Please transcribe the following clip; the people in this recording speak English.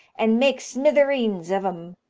and make smithereens of em.